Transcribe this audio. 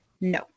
No